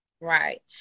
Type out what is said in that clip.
Right